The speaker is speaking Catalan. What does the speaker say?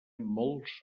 molts